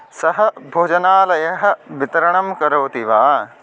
सः भोजनालयः वितरणं करोति वा